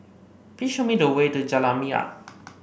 please show me the way to Jalan Minyak